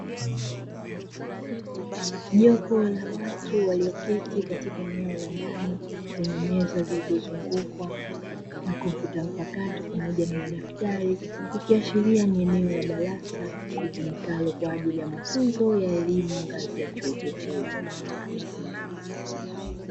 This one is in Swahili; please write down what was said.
Jopo la watu walioketi katika eneo la ndani, lenye meza zilizozungukwa na kompyuta mpakato, pamoja na madaftari, ikiashiria ni eneo la darasa litumikalo kwa ajili ya mafunzo ya elimu ngazi ya chuo kikuu.